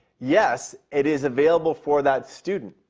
yes, it is available for that student.